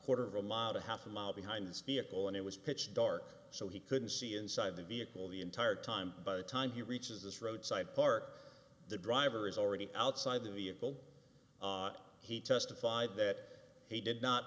quarter of a mob of half a mile behind this vehicle and it was pitch dark so he couldn't see inside the vehicle the entire time by the time he reaches this roadside park the driver is already outside the vehicle he testified that he did not